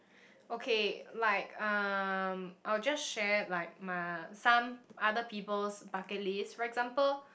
okay like um I will just share like my some other people's bucket list for example